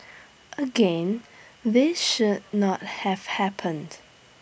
again this should not have happened